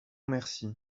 merci